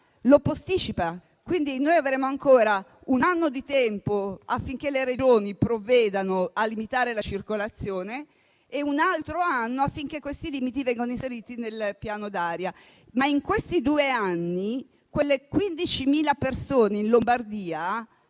lo posticipa. Quindi noi avremo ancora un anno di tempo affinché le Regioni provvedano a limitare la circolazione e un altro anno affinché questi limiti vengano inseriti nel piano d'aria. In questi due anni però quelle 15.000 persone in Lombardia